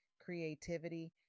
creativity